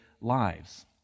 lives